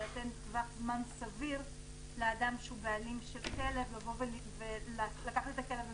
זה נותן טווח זמן סביר לאדם שהוא בעלים של כלב לקחת את הכלב,